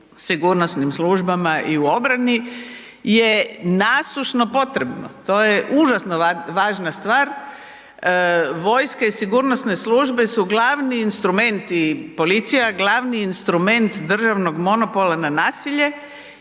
sigurnosnim službama i obrani je nasušno potrebno, to je užasno važna stvar. Vojska i sigurnosne službe su glavni instrumenti, policija, glavni instrument državnog monopola na nasilje